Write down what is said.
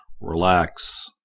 Relax